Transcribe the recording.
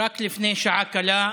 רק לפני שעה קלה,